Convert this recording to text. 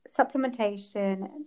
supplementation